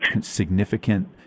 significant